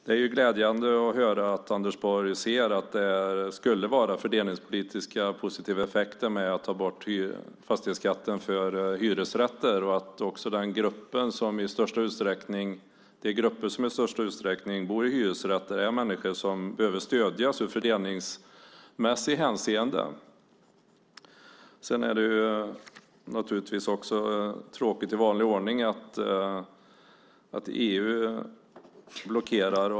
Det är glädjande att höra att Anders Borg ser att det skulle vara fördelningspolitiskt positiva effekter med att ta bort fastighetsskatten för hyresrätten. De grupper som i största utsträckning bor i hyresrätter består av människor som behöver stödjas ur fördelningspolitiskt hänseende. Det är i vanlig ordning tråkigt att EU blockerar.